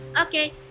Okay